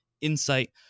insight